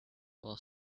while